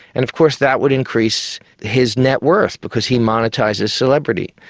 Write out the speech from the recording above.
and of course that would increase his net worth because he monetises celebrity.